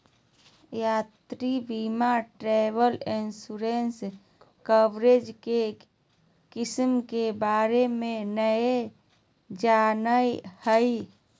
यात्रा बीमा travel insurance coverage के किस्म के बारे में नय जानय हइ